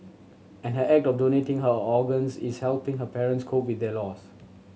and her act of donating her organs is helping her parents cope with their loss